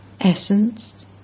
Essence